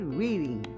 reading